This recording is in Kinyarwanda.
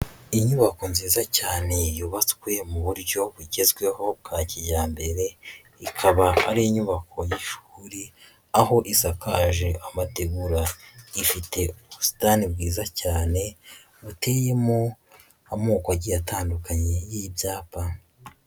Inyubako nziza cyane yubatswe mu buryo bugezweho bwa kijyambere, ikaba ari inyubako y'ishuri, aho isakaje amategura, ifite ubusitani bwiza cyane buteyemo amoko agiye atandukanye y'ibyapa.